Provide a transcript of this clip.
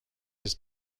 his